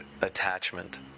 attachment